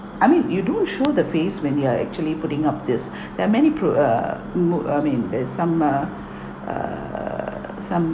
I mean you don't show the face when they're actually putting up this there are many pro uh mood I mean there is some uh uh some